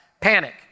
Panic